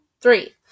three